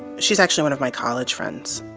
she's actually one of my college friends.